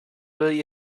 really